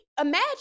imagine